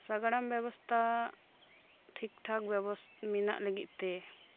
ᱥᱟᱜᱟᱲᱚᱢ ᱵᱮᱵᱚᱥᱛᱟ ᱴᱷᱤᱠ ᱴᱷᱟᱠ ᱵᱮᱵᱚᱥ ᱢᱮᱱᱟᱜ ᱞᱟᱹᱜᱤᱫ ᱛᱮ